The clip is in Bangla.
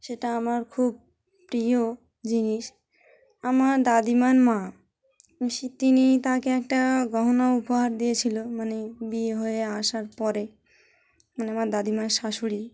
সেটা আমার খুব প্রিয় জিনিস আমার দাদিমার মা সে তিনি তাকে একটা গহনা উপহার দিয়েছিল মানে বিয়ে হয়ে আসার পরে মানে আমার দাদিমার শাশুড়ি